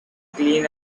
clean